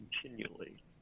continually